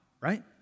right